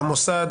למוסד,